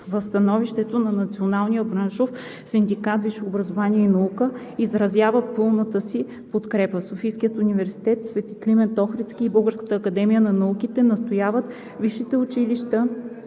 В становището си Националният браншов синдикат „Висше образование и наука“ изразява пълната си подкрепа. Софийският университет „Св. Климент Охридски“ и Българската академия на науките настояват висшите училища